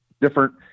different